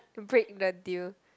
break the deal